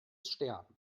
sterben